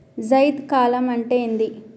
జైద్ కాలం అంటే ఏంది?